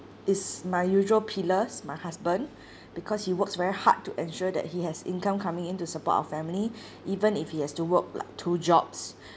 is my usual pillars my husband because he works very hard to ensure that he has income coming in to support our family even if he has to work like two jobs